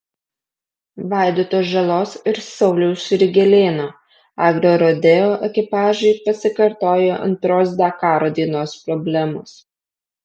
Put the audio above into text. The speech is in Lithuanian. vaidoto žalos ir sauliaus jurgelėno agrorodeo ekipažui pasikartojo antros dakaro dienos problemos